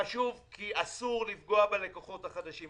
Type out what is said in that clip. זה חשוב כי אסור לפגוע בלקוחות החדשים.